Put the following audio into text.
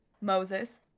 Moses